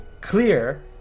clear